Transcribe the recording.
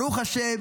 ברוך השם,